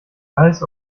weiß